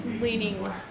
leaning